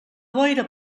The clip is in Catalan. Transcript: boira